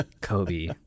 Kobe